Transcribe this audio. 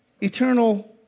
eternal